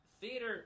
Theater